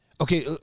Okay